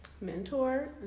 mentor